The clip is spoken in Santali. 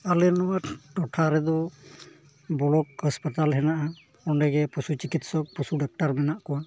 ᱟᱞᱮ ᱱᱚᱣᱟ ᱴᱚᱴᱷᱟ ᱨᱮᱫᱚ ᱵᱞᱚᱠ ᱦᱟᱥᱯᱟᱛᱟᱞ ᱦᱮᱱᱟᱜᱼᱟ ᱚᱸᱰᱮ ᱜᱮ ᱯᱚᱥᱩ ᱪᱤᱠᱤᱛᱥᱚᱠ ᱯᱚᱥᱩ ᱰᱟᱠᱛᱟᱨ ᱢᱮᱱᱟᱜ ᱠᱚᱣᱟ